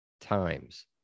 times